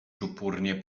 czupurnie